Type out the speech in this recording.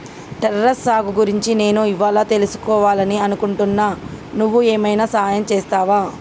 terrace సాగు గురించి నేను ఇవ్వాళా తెలుసుకివాలని అనుకుంటున్నా నువ్వు ఏమైనా సహాయం చేస్తావా